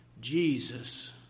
Jesus